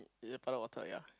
is is it puddle of water ya